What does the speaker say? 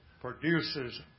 produces